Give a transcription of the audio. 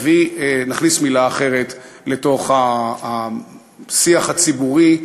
נכניס מילה אחרת לשיח הציבורי,